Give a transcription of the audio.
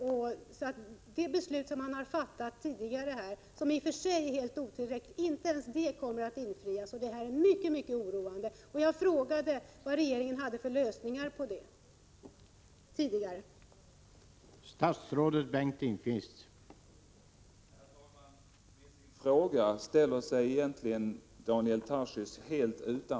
Inte ens det beslut som man tidigare fattat och som är helt otillräckligt kommer att fullföljas, och det är mycket oroande. Jag frågade tidigare vilka lösningar som regeringen kan anvisa på den punkten.